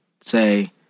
say